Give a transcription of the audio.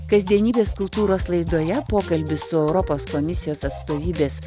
kasdienybės kultūros laidoje pokalbis su europos komisijos atstovybės